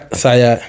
saya